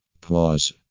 pause